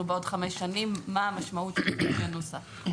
בעוד חמש שנים מה המשמעות של שינויי הנוסח.